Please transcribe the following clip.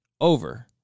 over